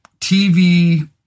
tv